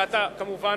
ואתה כמובן,